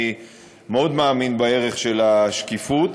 אני מאוד מאמין בערך של השקיפות,